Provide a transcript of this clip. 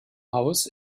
haus